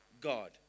God